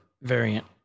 variant